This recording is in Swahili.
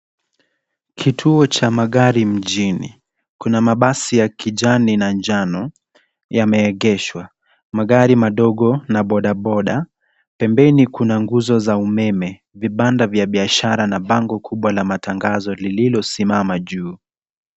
Kituo cha magari mjini. Kuna mabasi ya kijani na njano yameegeshwa. Magari madogo na boda boda. Pembeni kuna nguzo za umeme, vibanda ya biashara na bango kubwa la matangazo lililosimama juu.